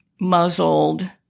muzzled